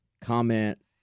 comment